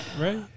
right